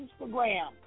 Instagram